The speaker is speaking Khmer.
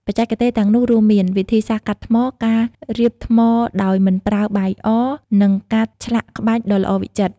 បច្ចេកទេសទាំងនោះរួមមាន វិធីសាស្រ្តកាត់ថ្ម ការរៀបថ្មដោយមិនប្រើបាយអ និងការឆ្លាក់ក្បាច់ដ៏ល្អវិចិត្រ។